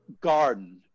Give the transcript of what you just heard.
garden